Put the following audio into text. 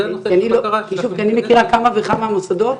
אני מכירה כמה וכמה מוסדות,